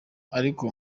ariko